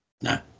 No